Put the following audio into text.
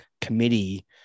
committee